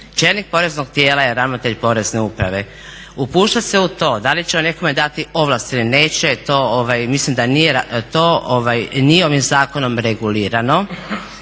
čelnik poreznog tijela je ravnatelj porezne uprave. Upuštat se u to da li će on nekome dati ovlast ili neće to mislim da nije, to nije ovim zakonom regulirano.